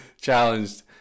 challenged